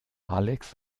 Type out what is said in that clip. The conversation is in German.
alex